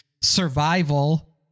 survival